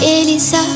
Elisa